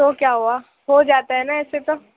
تو کیا ہُوا ہو جاتا ہے نا اِس سے تو